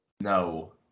No